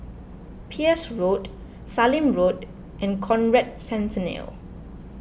Peirce Road Sallim Road and Conrad Centennial